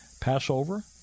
Passover